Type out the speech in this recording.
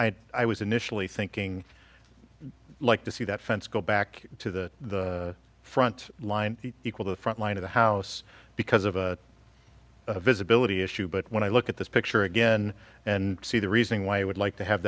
i was initially thinking like to see that fence go back to the front line equal the front line of the house because of a visibility issue but when i look at this picture again and see the reason why i would like to have